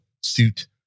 suit